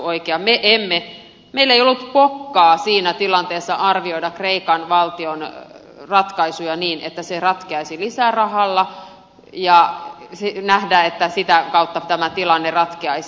meillä ei ollut pokkaa siinä tilanteessa arvioida kreikan valtion ratkaisuja niin että se ratkeaisi lisärahalla ja nähdä että sitä kautta tämä tilanne ratkeaisi